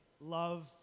love